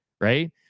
right